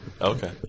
Okay